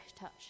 touch